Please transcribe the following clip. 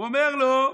הוא אומר לו: